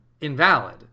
invalid